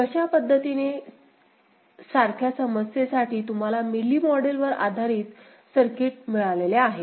अशा पद्धतीने सारख्या समस्येसाठी तुम्हाला मिली मॉडेल वर आधारित येत सर्किट मिळालेले आहे